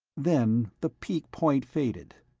then the peak-point faded,